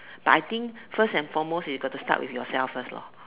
but I think first and foremost you got to start with yourself first lor